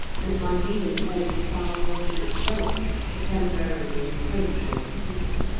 and might even cause the foul water itself to temporarily encroach on the sweet.